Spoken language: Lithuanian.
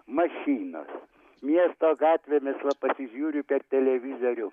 mašinos miesto gatvėmis va pasižiūriu per televizorių